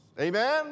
Amen